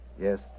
Yes